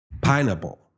pineapple